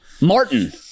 Martin